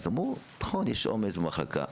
אמרו, נכון יש עומס במחלקה.